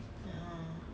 two point four